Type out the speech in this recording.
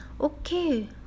Okay